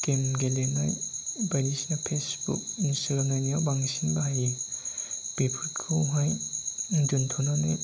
game गेलेनाय बायदिसिना Facebook Instagram नायनायाव बांसिन बाहायो बेफोरखौहाय दोनथ'नानै